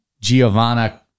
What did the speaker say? Giovanna